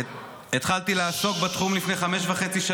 התחלתי לעסוק בתחום לפני חמש שנים וחצי,